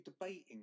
debating